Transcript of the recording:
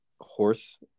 horse